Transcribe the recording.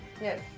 Yes